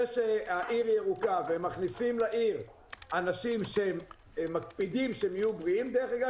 זה שהעיר ירוקה ומכניסים לעיר אנשים שמקפידים שיהיו בריאים דרך אגב,